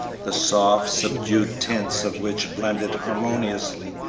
the soft subdued tints of which blended harmoniously,